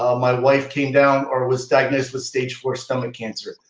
um my wife came down or was diagnosed with stage four stomach cancer.